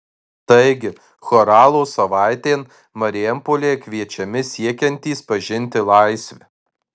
taigi choralo savaitėn marijampolėje kviečiami siekiantys pažinti laisvę